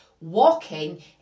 walking